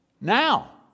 now